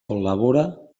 col·labora